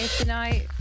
tonight